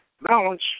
balance